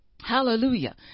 Hallelujah